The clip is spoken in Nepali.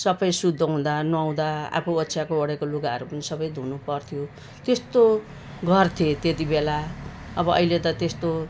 सबै शुद्ध हुँदा नहुँदा आफू ओछ्याएको ओडेको लुगाहरू पनि सबै धुनु पर्थ्यो त्यस्तो गर्थे त्यति बेला अब अहिले त त्यस्तो